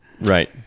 Right